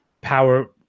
power